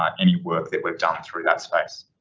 ah any work that we've done through that space.